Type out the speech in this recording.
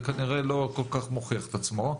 זה כנראה לא כל כך מוכיח את עצמו,